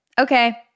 Okay